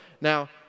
now